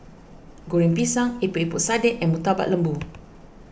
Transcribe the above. Goreng Pisang Epok Epok Sardin and Murtabak Lembu